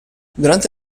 durante